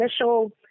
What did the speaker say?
initial